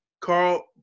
Carl